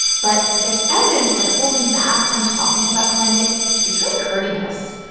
but there's evidence that holding back on talking about climate is really hurting us.